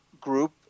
group